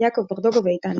יעקב ברדוגו ואיתן ליפשיץ.